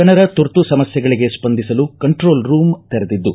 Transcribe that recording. ಜನರ ತುರ್ತು ಸಮಸ್ಥೆಗಳಿಗೆ ಸ್ಪಂದಿಸಲು ಕಂಟ್ರೋಲ್ ರೂಂ ತೆರೆದಿದ್ದು